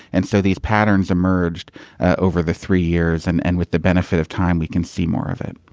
and so these patterns emerged over the three years. and and with the benefit of time, we can see more of it